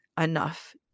enough